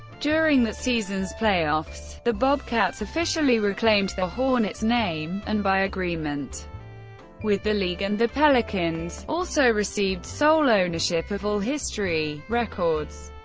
during that season's playoffs, the bobcats officially reclaimed the hornets name, and by agreement with the league and the pelicans, also received sole ownership of all history, records,